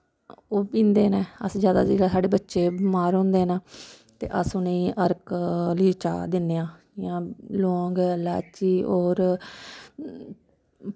ओह् पींदे न अस जैदा जिसलै साढ़े बच्चे बमार होंदे न ते अस उ'नें गी अरक आह्ली चाह् दिन्ने आं इ'यां लौंग लाच्ची होर